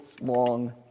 long